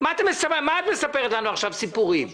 מה את מספרת לנו עכשיו סיפורים?